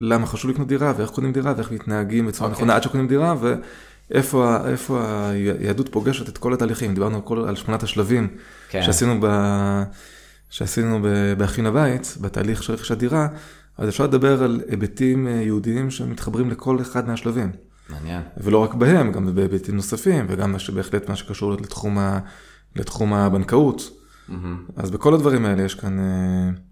למה חשוב לקנות דירה, ואיך קונים דירה, ואיך מתנהגים בצורה הנכונה עד שקונים דירה, ואיפה היהדות פוגשת את כל התהליכים, דיברנו על שמונת השלבים, שעשינו בהכין הבית, בתהליך של רכישת דירה, אז אפשר לדבר על היבטים יהודיים שמתחברים לכל אחד מהשלבים. מעניין. ולא רק בהם, גם בהיבטים נוספים, וגם בהחלט מה שקשור לתחום הבנקאות. אז בכל הדברים האלה יש כאן...